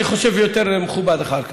אני חושב שיותר מכובד אחר כך.